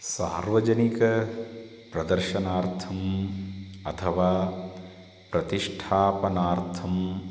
सार्वजनिकप्रदर्शनार्थम् अथवा प्रतिष्ठापनार्थं